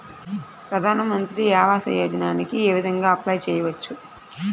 ప్రధాన మంత్రి ఆవాసయోజనకి ఏ విధంగా అప్లే చెయ్యవచ్చు?